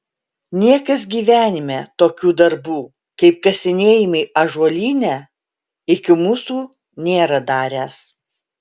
niekas gyvenime tokių darbų kaip kasinėjimai ąžuolyne iki mūsų nėra daręs